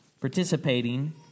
participating